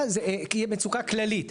מצוקה כללית.